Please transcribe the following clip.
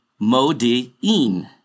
Modi'in